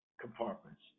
compartments